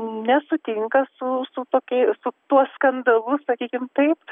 nesutinka su su tokiai su tuo skandalu sakykim taip